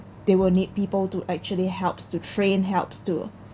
they will need people to actually helps to train helps to